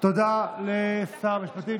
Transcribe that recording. תודה לשר המשפטים.